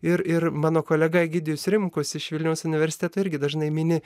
ir ir mano kolega egidijus rimkus iš vilniaus universiteto irgi dažnai mini